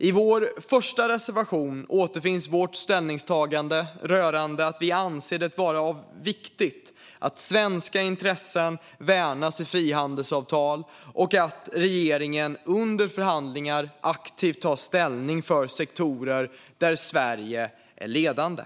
I vår första reservation återfinns vårt ställningstagande rörande att vi anser det vara viktigt att svenska intressen värnas i frihandelsavtal och att regeringen under förhandlingar aktivt tar ställning för sektorer där Sverige är ledande.